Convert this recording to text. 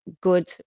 good